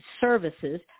Services